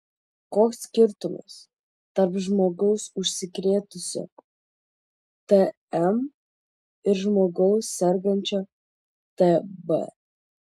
koks skirtumas tarp žmogaus užsikrėtusio tm ir žmogaus sergančio tb